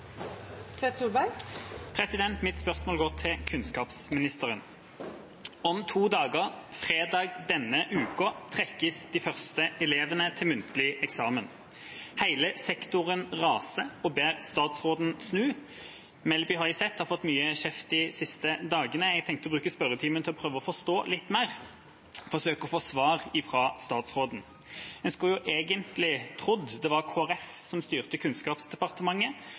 Mitt spørsmål går til kunnskapsministeren. Om to dager, fredag denne uka, trekkes de første elevene ut til muntlig eksamen. Hele sektoren raser og ber statsråden snu. Melby har jeg sett har fått mye kjeft de siste dagene. Jeg tenkte å bruke spørretimen til å prøve å forstå litt mer, forsøke å få svar fra statsråden. En skulle egentlig trodd det var Kristelig Folkeparti som styrte Kunnskapsdepartementet,